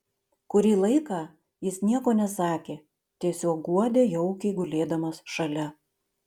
kurį laiką jis nieko nesakė tiesiog guodė jaukiai gulėdamas šalia